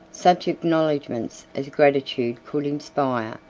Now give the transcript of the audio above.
such acknowledgments as gratitude could inspire,